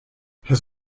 his